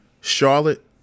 Charlotte